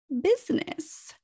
business